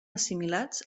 assimilats